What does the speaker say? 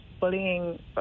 bullying